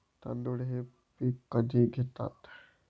तांदूळ हे पीक कधी घेतात?